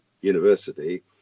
university